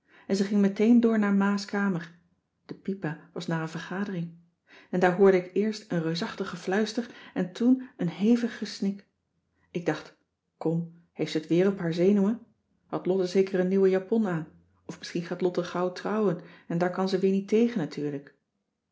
en ze ging meteen door naar ma's kamer de pipa was naar een vergadering en daar hoorde ik eerst een reusachtig gefluister en toen een hevig gesnik ik dacht kom heeft ze t weer op haar zenuwen had lotte zeker een nieuwe japon aan of misschien gaat lotte gauw trouwen en daar kan ze weer niet tegen natuurlijk